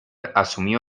asumió